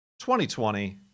2020